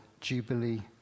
Jubilee